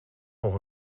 nog